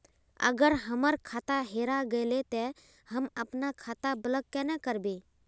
अगर हमर खाता हेरा गेले ते हम अपन खाता ब्लॉक केना करबे?